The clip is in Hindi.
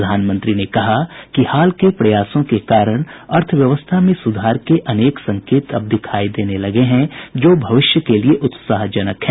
प्रधानमंत्री ने कहा कि हाल के प्रयासों के कारण अर्थव्यवस्था में सुधार के अनेक संकेत अब दिखाई देने लगे हैं जो भविष्य के लिए उत्साहजनक हैं